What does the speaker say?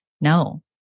no